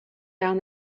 down